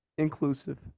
inclusive